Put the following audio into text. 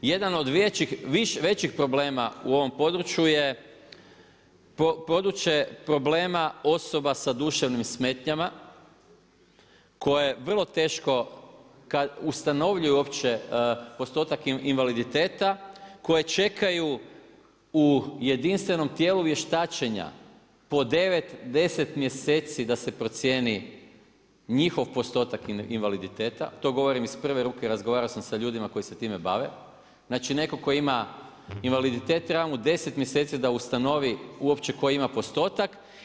Jedan od većih problema u ovom području je, područje problema osoba sa duševnim smetanjima, koje vrlo teško ustanovljuju uopće postotak invaliditeta, koje čekaju u jedinstvenom tijelu vještačenja, po 9, 10 mjeseci da se procjeni njihov postotak invaliditeta, to govorim iz prve ruke, razgovarao sam s ljudima koji se time bave, znači neko ko ima invaliditet treba mu 10 mjeseci da ustanovi uopće koji ima postotak.